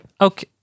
Okay